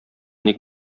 ник